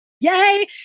Yay